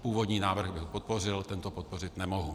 Původní návrh bych podpořil, tento podpořit nemohu.